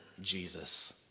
Jesus